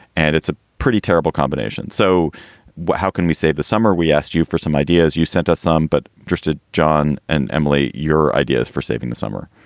and it's a pretty terrible combination. so what how can we save the summer? we asked you for some ideas. you sent us some. but did ah john and emily your ideas for saving the summer?